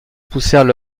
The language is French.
poussèrent